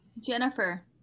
Jennifer